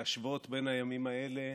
להגדרה "שקרן"